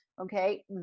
okay